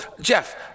Jeff